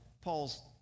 Paul's